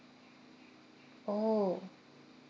orh